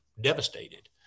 devastated